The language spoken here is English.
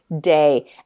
day